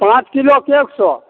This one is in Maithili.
पाॅंच किलोके एक सए